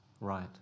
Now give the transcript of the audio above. Right